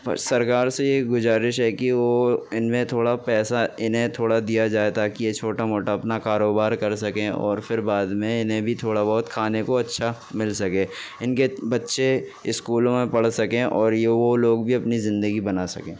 سرکار سے یہ گزارش ہے کہ وہ ان میں تھوڑا پیسہ انہیں تھوڑا دیا جائے تاکہ یہ چھوٹا موٹا اپنا کاروبار کر سکیں اور پھر بعد میں انہیں بھی تھوڑا بہت کھانے کو اچھا مل سکے ان کے بچے اسکولوں میں پڑھ سکیں اور یہ وہ لوگ بھی اپنی زندگی بنا سکیں